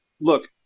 look